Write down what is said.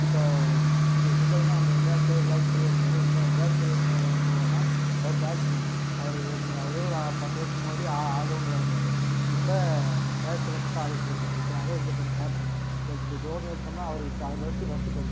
இப்போ இப்போ சிம்பிளாக சொன்னால் நம்ம இன்டர்நேஷனல் விராட்கோலியை எடுத்துக்கோங்க விராட்கோலி என்ன என்ன பண்ணுவாருன்னா அவர் பேட்ஸ்மேன் அவர் அவர் ஏதோ ஒரு பத்து வருஷத்துக்கு முன்னாடி ஆல்ரவுண்டராக இருந்தார் இப்போ பேட்ஸ் ரோவில மட்டும் ஆடிட்டுருக்காரு இப்போ அவர் தான் இந்தியா டீம் கேப்டன் இப்போ தோனியை எடுத்துட்டோம்னா அவர் அவர் ஃபஸ்ட்டு ஃபஸ்ட்டு